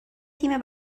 تیم